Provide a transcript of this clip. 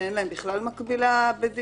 אין בכלל מחלוקת על זה.